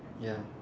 ya